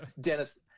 Dennis